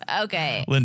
Okay